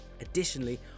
Additionally